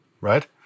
right